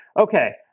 Okay